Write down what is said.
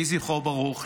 יהי זכרו ברוך.